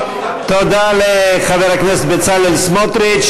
תודה לחבר הכנסת בצלאל סמוטריץ.